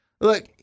look